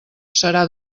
serà